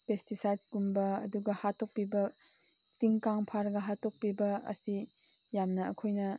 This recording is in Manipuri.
ꯄꯦꯁꯇꯤꯁꯥꯏꯠꯀꯨꯝꯕ ꯑꯗꯨꯒ ꯍꯥꯠꯇꯣꯛꯄꯤꯕ ꯇꯤꯟ ꯀꯥꯡ ꯐꯥꯔꯒ ꯍꯥꯠꯇꯣꯛꯄꯤꯕ ꯑꯁꯤ ꯌꯥꯝꯅ ꯑꯩꯈꯣꯏꯅ